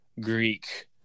Greek